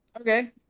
Okay